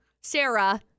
Sarah